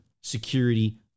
security